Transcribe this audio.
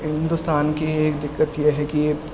اندوستان کی ایک دقت یہ ہے کہ